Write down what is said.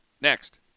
Next